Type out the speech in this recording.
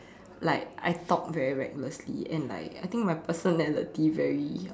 like I talk very recklessly and like I think my personality very